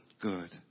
Good